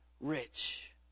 rich